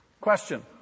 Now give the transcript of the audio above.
Question